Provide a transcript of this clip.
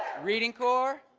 reading corps.